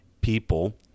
people